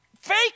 fake